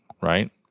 right